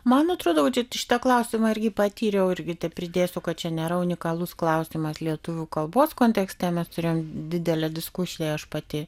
man atrodo va čia šitą klausimą irgi patyriau irgi tepridėsiu kad čia nėra unikalus klausimas lietuvių kalbos kontekste mes turėjom didelę diskusiją aš pati